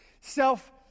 Self